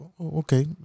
Okay